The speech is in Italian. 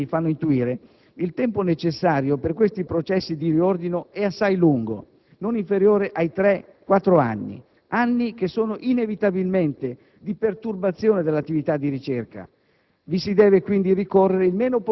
Come questi pochi cenni fanno intuire, il tempo necessario per questi processi di riordino è assai lungo, non inferiore ai tre-quattro anni, anni che sono inevitabilmente di perturbazione dell'attività di ricerca.